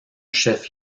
chef